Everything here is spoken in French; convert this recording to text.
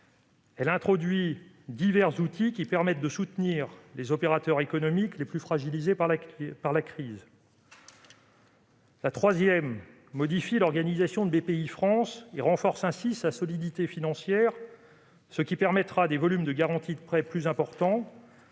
Elle introduit divers outils qui permettent de soutenir les opérateurs économiques les plus fragilisés par la crise. La troisième modifie l'organisation de Bpifrance, renforçant sa solidité financière, ce qui permettra des volumes de garantie de prêts plus importants.